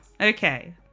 Okay